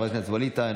חבר הכנסת ווליד טאהא,